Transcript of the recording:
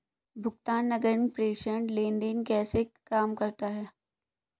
भुगतान नकद प्रेषण लेनदेन कैसे काम करता है?